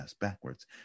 backwards